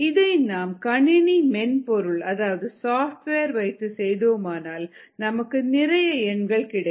இதை நாம் கணினி மென்பொருள் அதாவது சாஃப்ட்வேர் வைத்து செய்தோமானால் நமக்கு நிறைய எண்கள் கிடைக்கும்